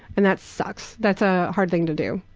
and that sucks. that's a hard thing to do.